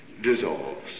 dissolves